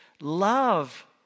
Love